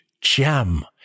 gem